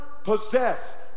Possess